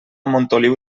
montoliu